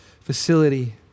facility